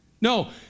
No